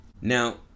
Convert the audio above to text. Now